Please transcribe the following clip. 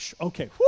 okay